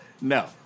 No